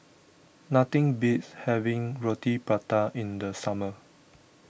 nothing beats having Roti Prata in the summer